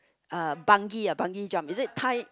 uh bungee uh bungee jump is it tight